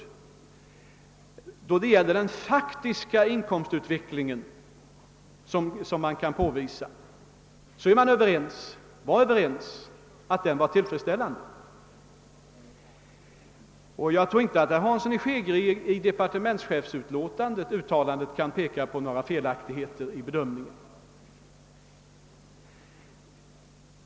Man var överens om att den faktiska inkomstutvecklingen var tillfredsställande, och jag tror inte att herr Hansson i Skegrie i departementschefsuttalandet kan peka på några felaktigheter i bedömningen.